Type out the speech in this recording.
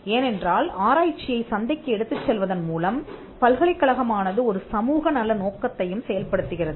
ஏனென்றால் ஆராய்ச்சியை சந்தைக்கு எடுத்துச் செல்வதன் மூலம் பல்கலைக்கழகமானது ஒரு சமூக நல நோக்கத்தையும் செயல்படுத்துகிறது